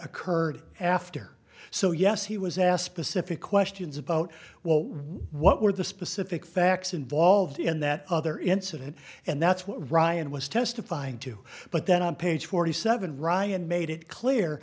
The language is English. occurred after so yes he was asked specific questions about what were the specific facts involved in that other incident and that's what ryan was testifying to but then on page forty seven ryan made it clear